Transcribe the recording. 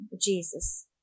Jesus